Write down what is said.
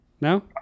No